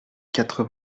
quatre